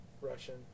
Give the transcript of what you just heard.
Russian